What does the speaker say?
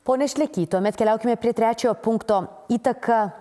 pone šleky tuomet keliaukime prie trečiojo punkto įtaka